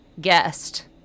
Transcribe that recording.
guest